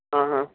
हा हा